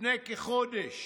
לפני כחודש